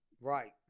Right